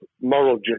moral